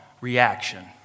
reaction